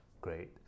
great